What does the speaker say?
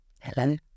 Hello